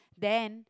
then